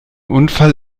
unfall